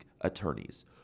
attorneys